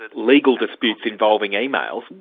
ah legal disputes involving emails,